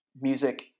music